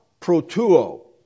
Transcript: protuo